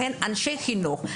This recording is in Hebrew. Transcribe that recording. אנשי חינוך,